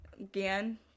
Again